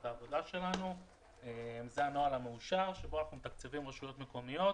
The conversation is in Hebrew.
זה הנוהל המאושר בו אנחנו מתקצבים רשויות מקומיות